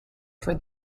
for